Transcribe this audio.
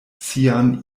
sian